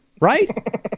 Right